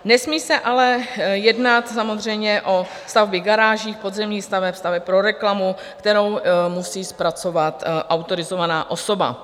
Nesmí se ale jednat samozřejmě o stavby garáží, podzemních staveb, staveb pro reklamu, kterou musí zpracovat autorizovaná osoba.